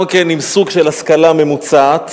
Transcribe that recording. גם עם סוג של השכלה ממוצעת,